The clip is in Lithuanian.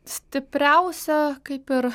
stipriausia kaip ir